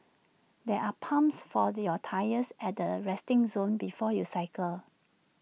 there are pumps for your tyres at the resting zone before you cycle